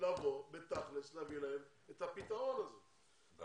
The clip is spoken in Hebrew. להשכלה גבוהה ומשלימה זאב אלקין: היום